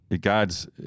God's